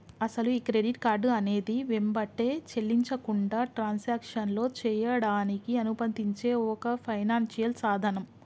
అసలు ఈ credit card అనేది వెంబటే చెల్లించకుండా ట్రాన్సాక్షన్లో చేయడానికి అనుమతించే ఒక ఫైనాన్షియల్ సాధనం